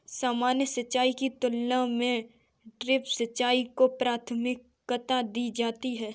सामान्य सिंचाई की तुलना में ड्रिप सिंचाई को प्राथमिकता दी जाती है